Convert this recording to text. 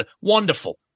Wonderful